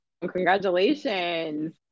Congratulations